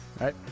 right